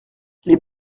les